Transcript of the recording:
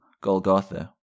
Golgotha